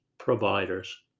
providers